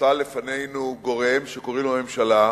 מוטל לפנינו גורם שקוראים לו ממשלה,